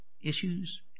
issues